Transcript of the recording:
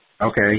Okay